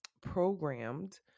programmed